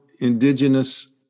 indigenous